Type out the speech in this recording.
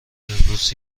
امروز